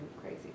crazy